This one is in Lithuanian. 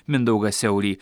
mindaugą siaurį